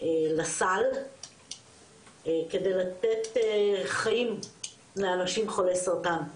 לסל כדי לתת חיים לאנשים חולי סרטן.